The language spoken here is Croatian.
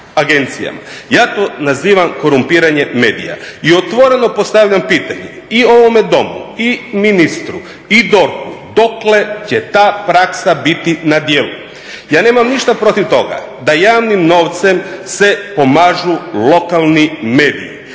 Ja to nazivam korumpiranje medija i otvoreno postavljam pitanje i ovome Domu i ministru i DORH-u, dokle će ta praksa biti na djelu. Ja nemam ništa protiv toga da javnim novcem se pomažu lokalni mediji,